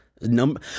number